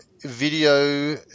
Video